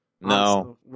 No